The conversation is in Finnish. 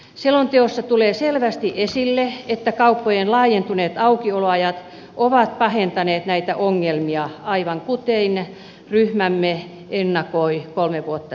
selonteossa tulee selvästi esille että kauppojen laajentuneet aukioloajat ovat pahentaneet näitä ongelmia aivan kuten ryhmämme ennakoi kolme vuotta sitten